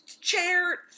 chair